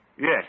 Yes